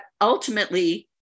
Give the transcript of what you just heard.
ultimately